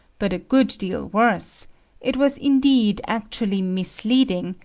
but a good deal worse it was indeed actually misleading,